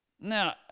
Now